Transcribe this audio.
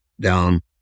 down